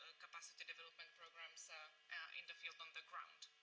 ah capacity development programs so in the field on the ground.